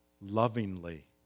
lovingly